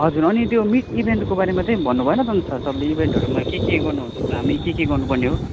हजुर अनि त्यो मिट इभेन्टको बारेमा चाहिँ भन्नु भएन त अन्त सर तपाईँले इभेन्टहरूमा के के गर्नु हामी के के गर्नु पर्ने हो